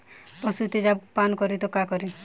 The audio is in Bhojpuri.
पशु तेजाब पान करी त का करी?